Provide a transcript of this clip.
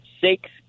Six